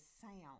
sound